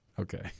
Okay